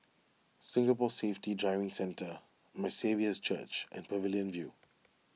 Singapore Safety Driving Centre My Saviour's Church and Pavilion View